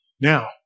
now